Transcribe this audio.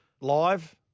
live